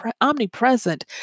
omnipresent